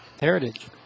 Heritage